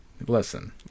Listen